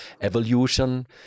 evolution